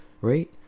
Right